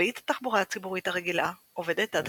מרבית התחבורה הציבורית הרגילה עובדת עד